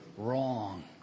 wrong